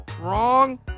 Wrong